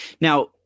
now